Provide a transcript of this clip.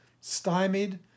stymied